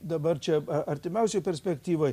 dabar čia artimiausioj perspektyvoj